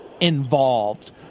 involved